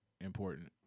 important